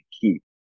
keep